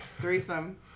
threesome